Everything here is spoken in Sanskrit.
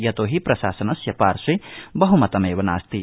यतोहि प्रशासनस्य पार्श्वे बहमतमेव नास्ति